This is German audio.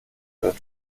wird